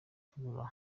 tugura